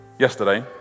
Yesterday